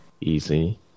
easy